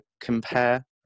compare